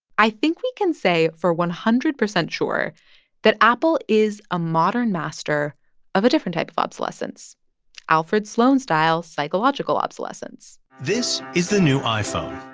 i think we can say for one hundred percent sure that apple is a modern master of a different type of obsolescence alfred sloan-style psychological obsolescence this is the new iphone.